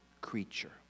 creature